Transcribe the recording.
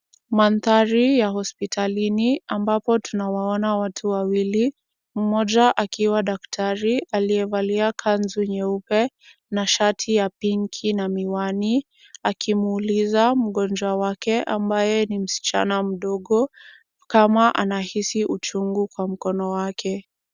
Mandhari ya hospitalini ambapo tunawaona watu wawili, mmoja akiwa daktari, aliyevalia kanzu nyeupe na shati ya pink na miwani, akimuuliza mgonjwa wake ambaye ni msichana mdogo, kama anahisi uchungu kwa mkono wake.